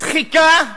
דחיקה,